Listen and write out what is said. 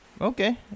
Okay